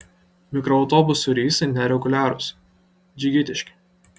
mikroautobusų reisai nereguliarūs džigitiški